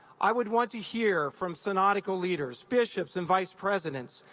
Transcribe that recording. i would want to hear from synodical leaders, bishops and vice-presidents,